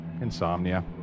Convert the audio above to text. Insomnia